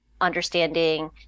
understanding